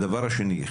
השני,